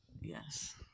Yes